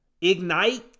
Ignite